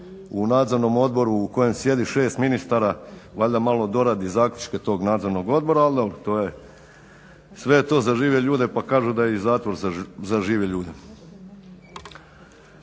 u nadzornom odboru u kojem sjedi 6 ministara valjda malo doradi zaključke tog nadzornog odbora. Ali dobro, sve je to za žive ljude pa kažu da je i zatvor za žive ljude.